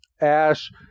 Ash